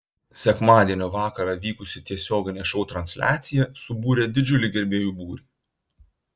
sekmadienio vakarą vykusi tiesioginė šou transliacija subūrė didžiulį gerbėjų būrį